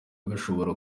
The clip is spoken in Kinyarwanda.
bashobora